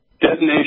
detonation